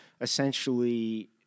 essentially